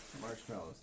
Marshmallows